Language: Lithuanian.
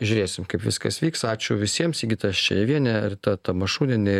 žiūrėsim kaip viskas vyks ačiū visiems sigita ščejevienė rita tamašunienė